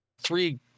three